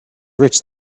rich